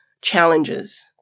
challenges